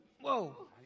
Whoa